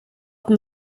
dem